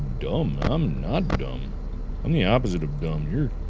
dumb, i'm not dumb i'm the opposite of dumb. you're,